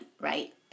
right